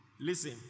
Listen